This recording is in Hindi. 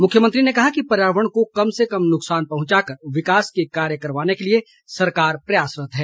मुख्यमंत्री ने कहा कि पर्यावरण को कम से कम नुकसान पहुंचाकर विकास के कार्य करवाने के लिए सरकार प्रयासरत है